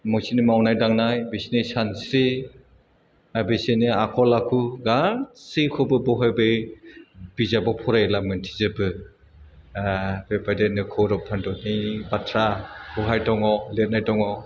मावनाय दांनाय बिसिनि सानस्रि आर बिसोरनि आखल आखु गासिखौबो बावहाय बे बिजाबाव फरायला मोनथिजोबो बे बायदिनो कौरब पान्दबनि बाथ्रा बावहाय दङ लिरनाय दङ